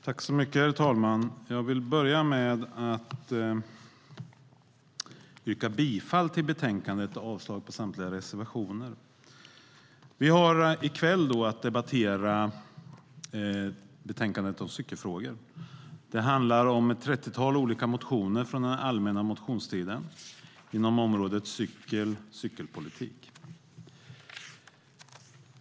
Herr talman! Jag vill börja med att yrka bifall till förslaget i betänkandet och avslag på samtliga reservationer. Vi har i kväll att debattera betänkandet om cykelfrågor. Det handlar om ett trettiotal motionsyrkanden från den allmänna motionstiden inom området cykel och cykelpolitik.